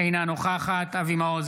אינה נוכחת אבי מעוז,